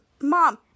mom